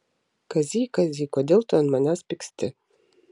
kazy kazy kodėl tu ant manęs pyksti